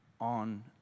on